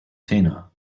tina